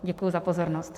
Děkuji za pozornost.